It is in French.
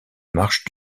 marche